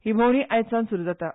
ही भोंवडी आयज सावन सुरु जाता